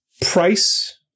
Price